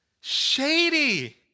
Shady